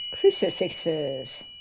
Crucifixes